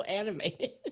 animated